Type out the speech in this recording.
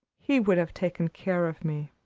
he would have taken care of me.